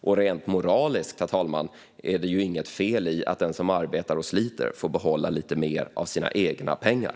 Och rent moraliskt, herr talman, är det ju inget fel i att den som arbetar och sliter får behålla lite mer av sina egna pengar.